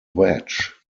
wedge